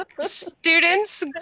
Students